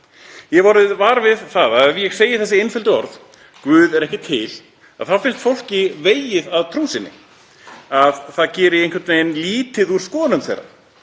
var við það að ef ég segi þessa einföldu orð, guð er ekki til, þá finnst fólki vegið að trú sinni, að það geri einhvern veginn lítið úr skoðunum þeirra.